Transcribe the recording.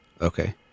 Okay